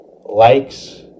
likes